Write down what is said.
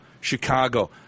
Chicago